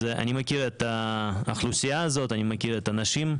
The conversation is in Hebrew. אני מכיר את האוכלוסייה הזאת, אני מכיר את האנשים.